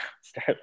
start